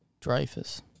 Dreyfus